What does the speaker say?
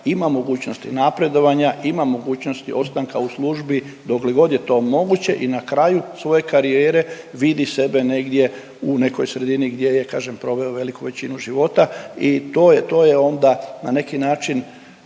ima mogućnosti napredovanja, ima mogućnosti ostanka u službi dokle god je to moguće i na kraju svoje karijere vidi sebe negdje u nekoj sredini gdje je, kažem, problem veliku većinu života i to je, to je onda na neki način